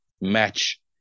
match